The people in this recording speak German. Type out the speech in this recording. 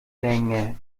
länger